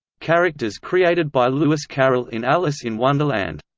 characters created by lewis carroll in alice in wonderland